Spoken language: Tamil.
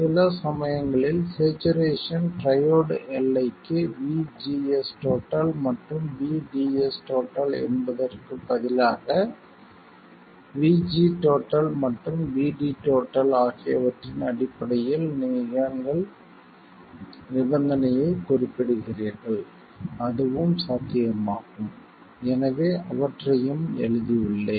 சில சமயங்களில் ஸ்சேச்சுரேசன் ட்ரையோட் எல்லைக்கு VGS மற்றும் VDS என்பதற்குப் பதிலாக VG மற்றும் VD ஆகியவற்றின் அடிப்படையில் நீங்கள் நிபந்தனையைக் குறிப்பிடுகிறீர்கள் அதுவும் சாத்தியமாகும் எனவே அவற்றையும் எழுதி உள்ளேன்